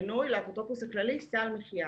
לאפוטרופוס הכללי בסמוך למינוי סל מחיה,